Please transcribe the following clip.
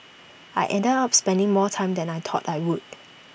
I ended up spending more time than I thought I would